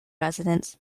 residents